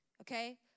okay